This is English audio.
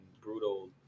brutal